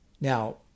Now